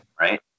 Right